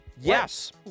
Yes